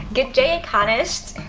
good day iconists!